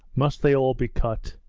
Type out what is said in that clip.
must they all be cut?